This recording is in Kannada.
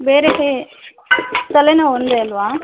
ಬೇರೆ ಹೆ ತಲೆನೋವು ಒಂದೇ ಅಲ್ವಾ